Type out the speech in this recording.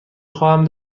خواهم